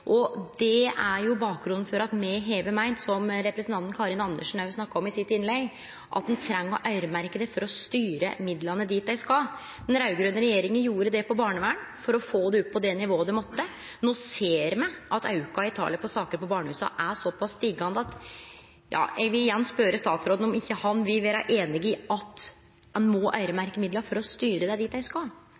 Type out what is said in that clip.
og det er bakgrunnen for at me har meint – som representanten Karin Andersen òg snakka om i sitt innlegg – at ein treng å øyremerkje midlane for å styre dei dit dei skal. Den raud-grøne regjeringa gjorde det når det gjeld barnevern, for å få det opp på det nivået det måtte. No ser me at auken i talet på saker i barnehusa er såpass stigande at eg vil igjen spørje statsråden om ikkje han vil vere einig i at ein må øyremerkje midlane for å styre dei dit dei skal.